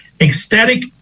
ecstatic